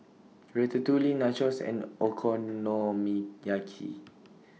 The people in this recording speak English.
Ratatouille Nachos and Okonomiyaki